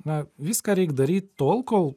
na viską reik daryt tol kol